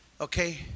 Okay